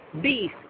beef